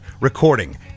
recording